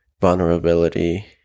vulnerability